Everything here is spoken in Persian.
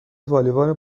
والیبال